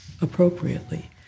appropriately